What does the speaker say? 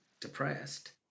depressed